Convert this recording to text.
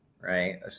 right